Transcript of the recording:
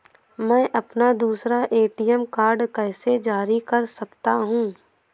मैं अपना दूसरा ए.टी.एम कार्ड कैसे जारी कर सकता हूँ?